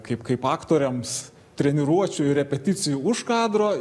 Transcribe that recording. kaip kaip aktoriams treniruočių ir repeticijų už kadro